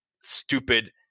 stupid